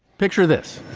picture this